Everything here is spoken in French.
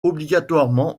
obligatoirement